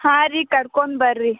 ಹಾಂ ರೀ ಕರ್ಕೊಂಡ್ಬರ್ರಿ